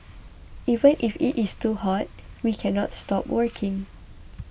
even if it is too hot we cannot stop working